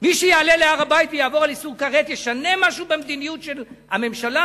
מי שיעלה להר-הבית ויעבור על איסור כרת ישנה משהו במדיניות של הממשלה?